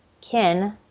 kin